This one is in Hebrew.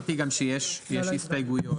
אמרתי גם שיש הסתייגויות.